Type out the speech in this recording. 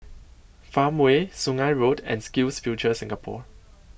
Farmway Sungei Road and SkillsFuture Singapore